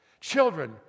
Children